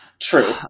True